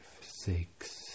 six